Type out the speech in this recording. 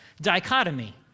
dichotomy